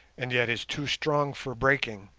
and yet is too strong for breaking